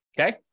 Okay